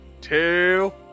Two